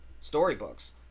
storybooks